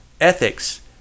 Ethics